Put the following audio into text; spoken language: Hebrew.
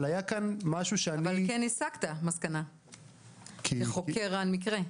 אבל כן הסקת מסקנה כחוקר המקרה.